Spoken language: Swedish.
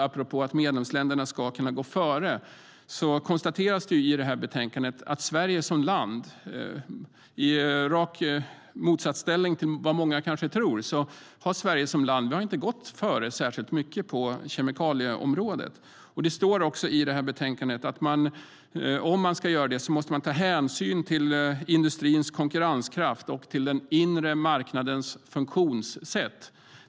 Apropå att medlemsländerna ska kunna gå före konstateras det i betänkandet att Sverige som land, i rak motsats till vad många kanske tror, inte har gått före särskilt mycket på kemikalieområdet. Det står i betänkandet att man, om man ska göra det, måste ta "hänsyn till effekter för företagens konkurrenskraft och den inre marknadens funktion".